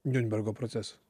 niurnbergo procesas